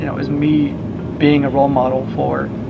you know is me being a role model for